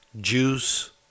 juice